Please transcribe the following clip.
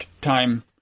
time